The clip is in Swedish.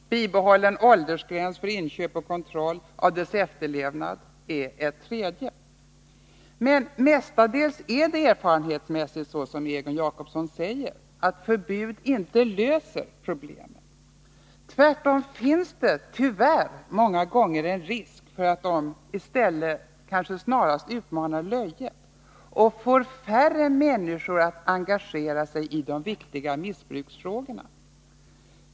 Bibehållen åldersgräns för inköp och kontroll av reglernas efterlevnad i det fallet är ytterligare ett exempel. Men erfarenhetsmässigt är det mestadels som Egon Jacobsson säger, att förbud inte löser problem. Tvärtom finns det — tyvärr — många gånger en risk för att förbuden snarast utmanar löjet och får färre människor att engagera sig i de viktiga missbruksfrågorna.